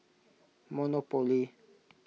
monopoly